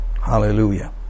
Hallelujah